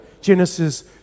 Genesis